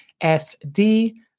S-D